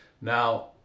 Now